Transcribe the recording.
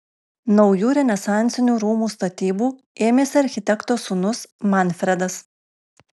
naujų renesansinių rūmų statybų ėmėsi architekto sūnus manfredas